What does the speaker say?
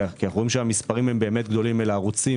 אנו רואים שהמספרים באמת גדולים לערוצים